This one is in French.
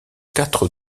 quatre